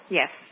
yes